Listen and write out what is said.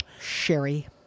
Sherry